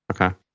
Okay